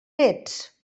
ets